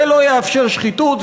זה לא יאפשר שחיתות,